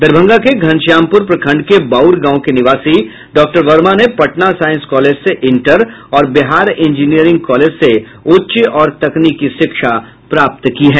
दरभंगा के घनश्यामपुर प्रखंड के बाउर गांव के निवासी डॉक्टर वर्मा ने पटना साइंस कॉलेज से इंटर और बिहार इंजीनियरिंग कॉलेज से उच्च और तकनीकी शिक्षा प्राप्त की है